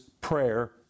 prayer